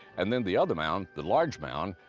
and then, the other mound, the large mound,